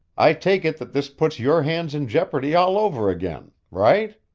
i take it that this puts your hands in jeopardy all over again right?